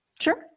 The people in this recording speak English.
Sure